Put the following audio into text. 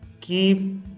Keep